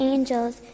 Angels